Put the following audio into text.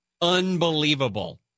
unbelievable